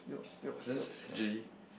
was just dream